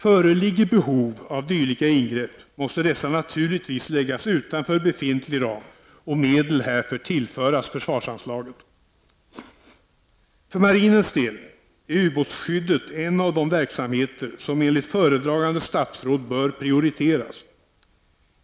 Föreligger behov av dylika ingrepp måste dessa naturligtvis läggas utanför befintlig ram och medel härför tillföras försvarsanslaget. För marinens del är ubåtsskyddet en av de verksamheter som enligt föredragande statsrådet bör prioriteras.